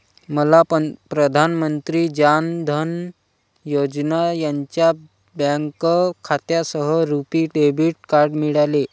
मला प्रधान मंत्री जान धन योजना यांच्या बँक खात्यासह रुपी डेबिट कार्ड मिळाले